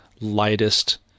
lightest